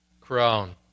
crown